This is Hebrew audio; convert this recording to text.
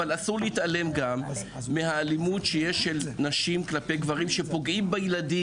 אבל אסור להתעלם גם מהאלימות של נשים כלפי גברים שפוגעת בילדים.